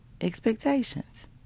expectations